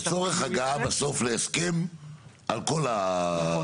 לצורך ההגעה להסכם על הכול.